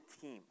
team